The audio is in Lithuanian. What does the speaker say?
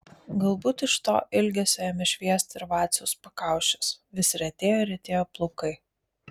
galbūt iš to ilgesio ėmė šviesti ir vaciaus pakaušis vis retėjo ir retėjo plaukai